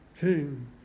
king